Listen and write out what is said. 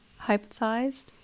hypothesized